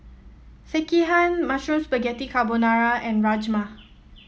Sekihan Mushroom Spaghetti Carbonara and Rajma